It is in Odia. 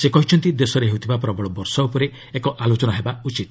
ସେ କହିଛନ୍ତି ଦେଶରେ ହେଉଥିବା ପ୍ରବଳ ବର୍ଷା ଉପରେ ଏକ ଆଲୋଚନା ହେବା ଉଚିତ